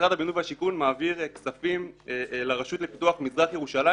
משרד הבינוי והשיכון מעביר כספים לרשות לפיתוח מזרח ירושלים,